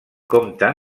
compte